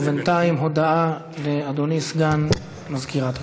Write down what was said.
בינתיים, הודעה לאדוני סגן מזכירת הכנסת.